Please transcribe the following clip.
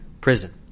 prison